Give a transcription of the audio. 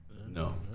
No